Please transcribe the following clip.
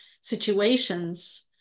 situations